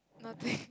nothing